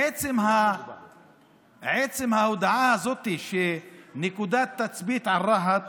עצם ההודעה הזאת, של נקודת תצפית על רהט,